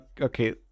okay